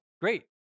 Great